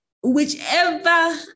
Whichever